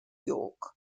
york